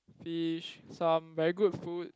fish some very good food